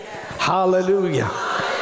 hallelujah